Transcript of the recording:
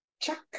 Chuck